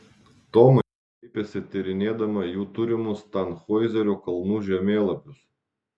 tomai kreipėsi tyrinėdama jų turimus tanhoizerio kalnų žemėlapius